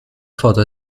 foto